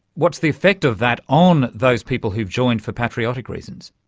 what's the effect of that on those people who joined for patriotic reasons?